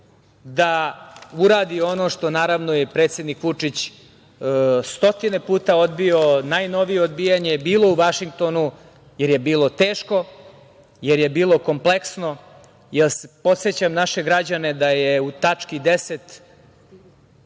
da uradi ono što je naravno predsednik Vučić stotine puta odbio. Najnovije odbijanje je bilo u Vašingtonu jer je bilo teško, jer je bilo kompleksno. Podsećam naše građane da je u tački 10.